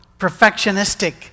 perfectionistic